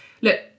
look